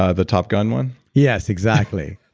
ah the top gun one? yes, exactly